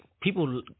people